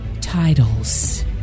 titles